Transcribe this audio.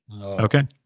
Okay